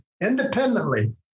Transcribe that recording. independently